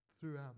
throughout